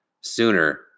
sooner